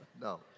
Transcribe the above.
no